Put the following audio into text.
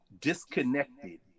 disconnected